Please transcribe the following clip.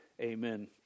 Amen